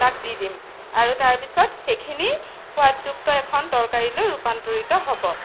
তাক দি দিম আৰু তাৰ পিছত সেইখিনি সোৱাদযুক্ত এখন তৰকাৰিলৈ ৰূপান্তৰিত হ'ব